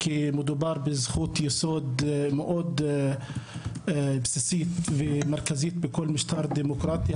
כי מדובר בזכות יסוד מאוד בסיסית ומרכזית בכל משטר דמוקרטי,